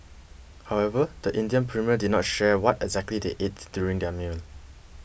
however the Indian Premier did not share what exactly they ate during their meal